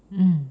mm